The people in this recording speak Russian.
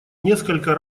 несколько